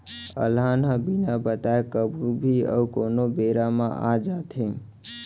अलहन ह बिन बताए कभू भी अउ कोनों बेरा म आ जाथे